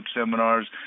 seminars